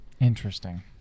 Interesting